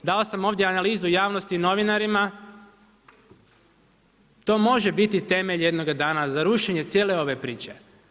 Dao sam ovdje analizu javnosti novinarima to može biti temelj jednoga dana za rušenje cijele ove priče.